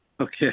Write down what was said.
Okay